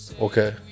Okay